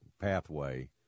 pathway